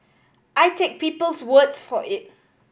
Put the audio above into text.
I take people's words for it